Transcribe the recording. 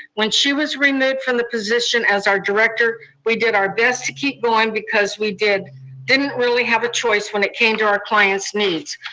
when she was removed from the position as our director, we did our best to keep going because we didn't really have a choice when it came to our clients' needs.